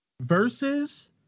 versus